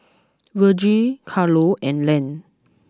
Virgil Carlo and Len